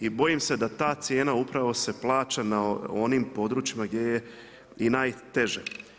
I bojim se da ta cijena upravo se plaća na onim područjima gdje je i najteže.